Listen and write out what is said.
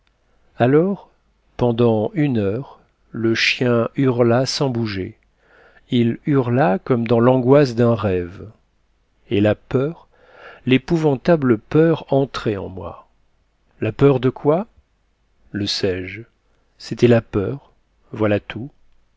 alors pendant une heure le chien hurla sans bouger il hurla comme dans l'angoisse d'un rêve et la peur l'épouvantable peur entrait en moi la peur de quoi le sais-je c'était la peur voilà tout